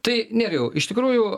tai nerijau iš tikrųjų